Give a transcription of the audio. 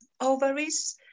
ovaries